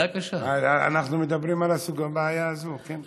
אנחנו מדברים על הבעיה הזו, כן?